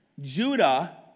Judah